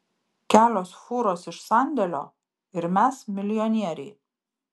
kelios fūros iš sandėlio ir mes milijonieriai